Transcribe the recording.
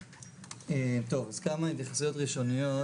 טוב, אז כמה התייחסויות ראשוניות.